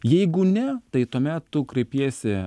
jeigu ne tai tuomet tu kreipiesi